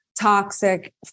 toxic